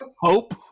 Hope